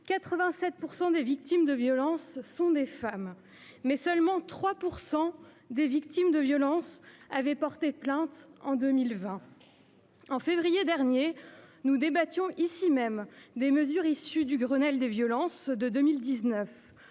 87 % des victimes de violences sont des femmes, mais seulement 3 % des victimes de violences conjugales avaient porté plainte en 2020. En février dernier, nous débattions ici même des mesures issues du Grenelle des violences